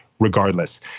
regardless